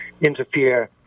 interfere